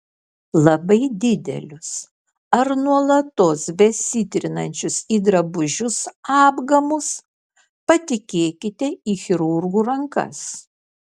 labai didelius ar nuolatos besitrinančius į drabužius apgamus patikėkite į chirurgų rankas